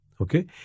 Okay